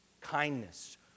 kindness